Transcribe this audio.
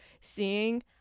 seeing